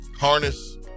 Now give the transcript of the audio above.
harness